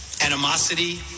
animosity